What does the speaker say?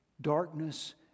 Darkness